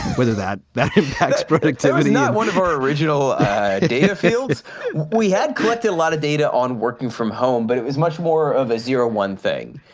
whether that that activity not one of our original data fields we had collected a lot of data on working from home, but it was much more of a zero one thing.